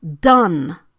done